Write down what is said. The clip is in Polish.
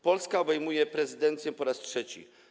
Polska obejmuje prezydencję po raz trzeci.